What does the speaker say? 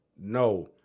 No